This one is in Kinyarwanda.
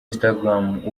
instagram